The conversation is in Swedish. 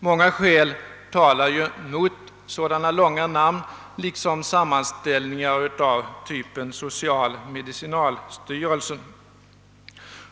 Många skäl talar mot sådana långa namn, liksom sammanställningar av typen social-medicinalstyrelsen.